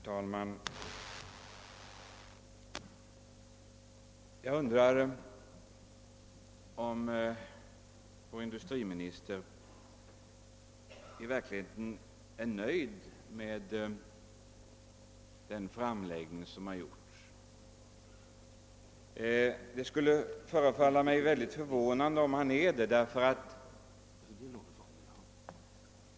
Herr talman! Jag undrar om vår industriminister i verkligheten är nöjd med den redovisning som förekommit. Det skulle vara synnerligen förvånande om han är det.